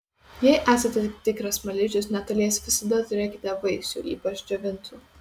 jei esate tikras smaližius netoliese visada turėkite vaisių ypač džiovintų